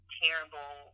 terrible